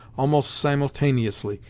almost simultaneously,